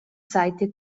seite